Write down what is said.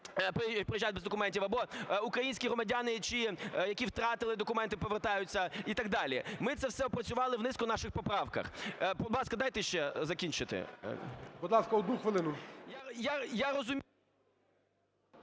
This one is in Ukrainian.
приїжджають без документів; або українські громадяни чи… які втратили документи, повертаються і так далі. Ми це все опрацювали в низці наших поправок. Будь ласка, дайте ще закінчити. ГОЛОВУЮЧИЙ. Будь ласка, одну хвилину.